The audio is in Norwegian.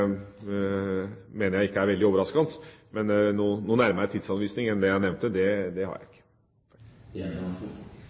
mener jeg ikke er veldig overraskende. Men noen nærmere tidsanvisning enn det jeg nevnte, har jeg